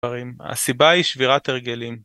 הסיבה היא שבירת הרגלים.